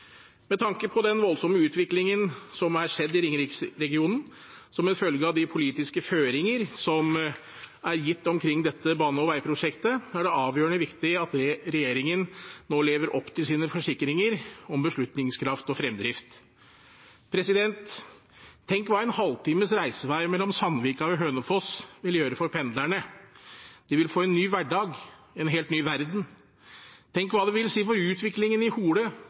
Med tanke på den voldsomme utviklingen som er skjedd i Ringeriksregionen som en følge av de politiske føringer som er gitt omkring dette bane- og veiprosjektet, er det avgjørende viktig at regjeringen nå lever opp til sine forsikringer om beslutningskraft og fremdrift. Tenk hva en halvtimes reisevei mellom Sandvika og Hønefoss vil gjøre for pendlerne. De vil få en ny hverdag, en helt ny verden. Tenk hva det vil ha å si for utviklingen i